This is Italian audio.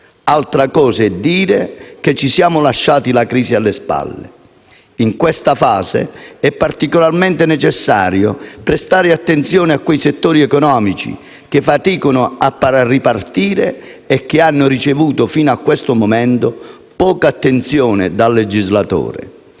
Altra cosa è dire che ci siamo lasciati la crisi alle spalle. In questa fase, è particolarmente necessario prestare attenzione a quei settori economici che faticano a ripartire e che hanno ricevuto, fino a questo momento, poca attenzione dal legislatore.